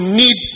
need